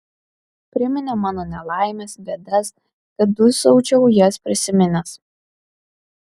priminė mano nelaimes bėdas kad dūsaučiau jas prisiminęs